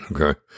Okay